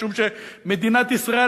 משום שמדינת ישראל,